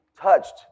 touched